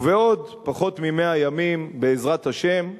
ובעוד פחות מ-100 ימים, בעזרת השם,